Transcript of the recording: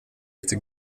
lite